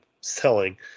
selling